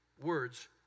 Words